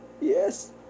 yes